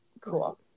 Cool